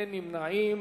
אנו נעביר